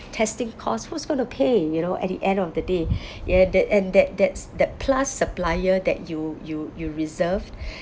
testing cost who's gonna pay you know at the end of the day ya tha~ and that that s~ that plus supplier that you you you reserved